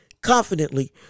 confidently